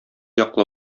яклы